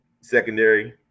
Secondary